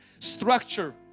structure